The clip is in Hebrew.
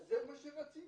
אז זה מה שרציתם?